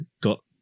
got